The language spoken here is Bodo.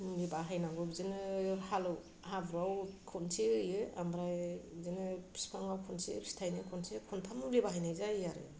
मुलि बाहायनांगौ बिदिनो हालेव हाब्रुवाव खनसे होयो ओमफ्राय बिदिनो बिफाङाव खनसे फिथाइनि खनसे मुलि बाहायनाय जायो आरो